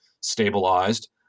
stabilized